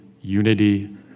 unity